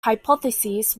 hypothesis